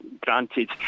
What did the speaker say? granted